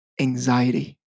anxiety